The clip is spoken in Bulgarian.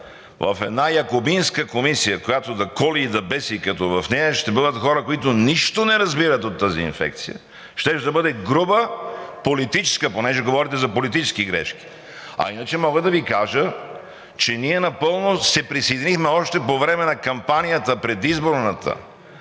в една якубинска комисия, която да коли и да беси, като в нея ще бъдат хора, които нищо не разбират от тази инфекция и щеше да бъде груба политическа грешка, понеже говорите за политически грешки. А иначе, мога да Ви кажа, че ние напълно се присъединихме още по време на предизборната